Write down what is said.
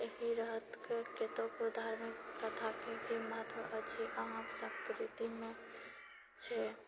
एहि तरहके कतेको धार्मिक प्रथाके की महत्व अछि अहाँक संस्कृतिमे छै